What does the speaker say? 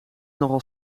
nogal